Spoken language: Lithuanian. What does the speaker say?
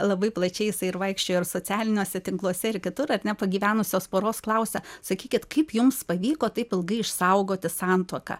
labai plačiai jisai ir vaikščiojo ir socialiniuose tinkluose ir kitur ar ne pagyvenusios poros klausia sakykit kaip jums pavyko taip ilgai išsaugoti santuoką